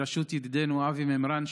בראשות ידידנו אבי מימרן,